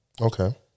Okay